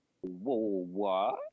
whoa